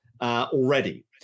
already